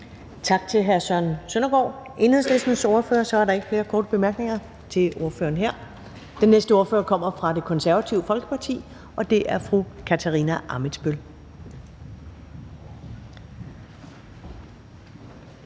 Tak til hr. Søren Søndergaard, Enhedslistens ordfører. Så er der ikke flere korte bemærkninger til ordføreren her. Den næste ordfører kommer fra Det Konservative Folkeparti, og det er fru Katarina Ammitzbøll.